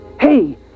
Hey